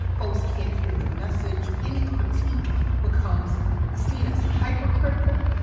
folks can't hear the message. any critique becomes seen as hypercritical.